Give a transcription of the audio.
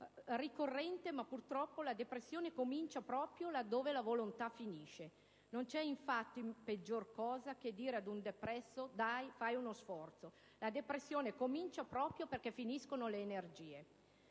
ma purtroppo la depressione comincia proprio laddove la volontà finisce. Non c'è infatti peggior cosa che dire a un depresso: «Dai, fai uno sforzo». La depressione comincia proprio perché finiscono le energie.